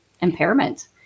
impairment